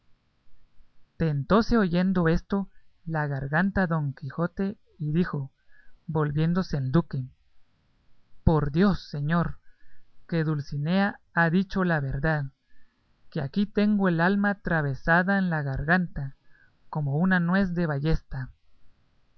estómago tentóse oyendo esto la garganta don quijote y dijo volviéndose al duque por dios señor que dulcinea ha dicho la verdad que aquí tengo el alma atravesada en la garganta como una nuez de ballesta